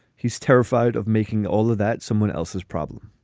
he's terrified of making all of that someone else's problem